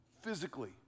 physically